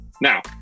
Now